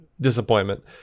disappointment